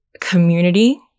community